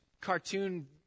cartoon